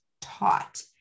taught